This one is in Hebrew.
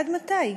עד מתי?'